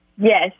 Yes